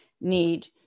need